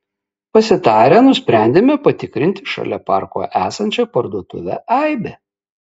pasitarę nusprendėme patikrinti šalia parko esančią parduotuvę aibė